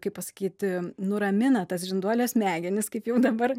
kaip pasakyt nuramina tas žinduolio smegenis kaip jau dabar